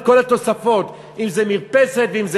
את כל התוספות,